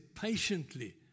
patiently